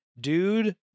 dude